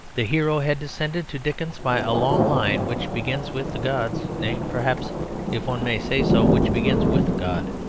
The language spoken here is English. the hero had descended to dickens by a long line which begins with the gods, nay, perhaps if one may say so, which begins with god.